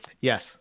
Yes